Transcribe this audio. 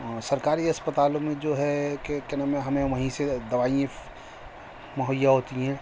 سرکاری اسپتالوں میں جو ہے کہ کیا نام ہے ہمیں وہیں سے دوائی اف مہیا ہوتی ہیں